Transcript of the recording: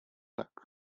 tak